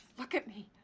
look at me.